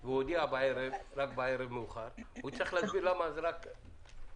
והוא הודיע רק בערב מאוחר הוא יצטרך לתת הסברים.